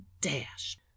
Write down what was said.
dash